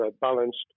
balanced